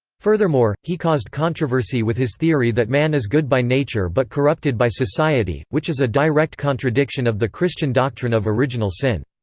furthermore, he caused controversy with his theory that man is good by nature but corrupted by society, which is a direct contradiction of the christian doctrine of original sin.